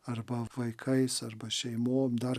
arba vaikais arba šeimom dar